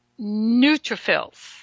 neutrophils